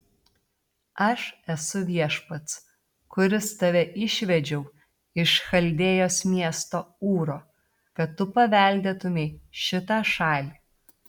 aš esu viešpats kuris tave išvedžiau iš chaldėjos miesto ūro kad tu paveldėtumei šitą šalį